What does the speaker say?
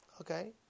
Okay